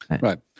Right